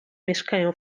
mieszkają